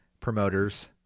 promoters